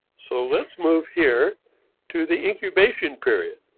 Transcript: so let's move here to the incubation period.